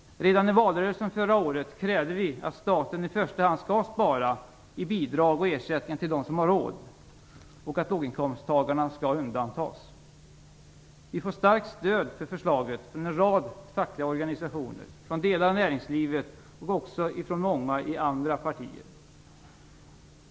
Redan i valrörelsen förra året krävde vi att staten i första hand skall spara på bidrag och ersättningar till dem som har råd och att låginkomsttagarna skall undantas. Vi får starkt stöd för förslaget från en rad fackliga organisationer, från delar av näringslivet och också ifrån många i andra partier.